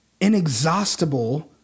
inexhaustible